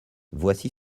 voici